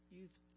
Youth